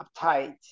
uptight